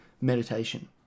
meditation